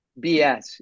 BS